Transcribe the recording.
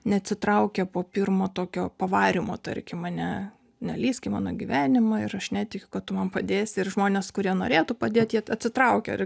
neatsitraukia po pirmo tokio pavarymo tarkim ane nelįsk į mano gyvenimą ir aš netikiu kad tu man padėsi ir žmonės kurie norėtų padėt jie atsitraukia ir